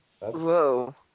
Whoa